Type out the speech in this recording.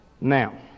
Now